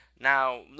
Now